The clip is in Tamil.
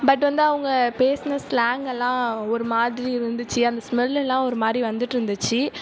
பட் வந்து அவங்க பேசின ஸ்லாங்கெல்லாம் ஒரு மாதிரி இருந்துச்சு அந்த ஸ்மெல்லெல்லாம் ஒரு மாதிரி வந்துகிட்டு இருந்துச்சு